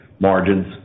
margins